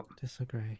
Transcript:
disagree